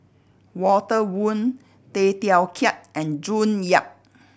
Walter Woon Tay Teow Kiat and June Yap